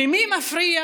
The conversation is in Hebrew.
למי מפריע